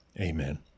amen